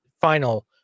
final